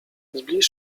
zbliż